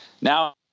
Now